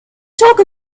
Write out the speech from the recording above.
talk